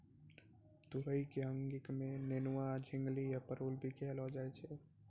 तुरई कॅ अंगिका मॅ नेनुआ, झिंगली या परोल भी कहलो जाय छै